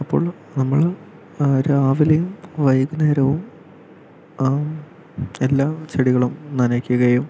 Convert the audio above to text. അപ്പോൾ നമ്മൾ രാവിലെയും വൈകുന്നേരവും എല്ലാ ചെടികളും നനക്കുകയും